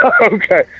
Okay